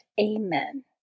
Amen